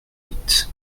huit